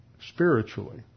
spiritually